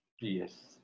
Yes